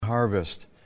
Harvest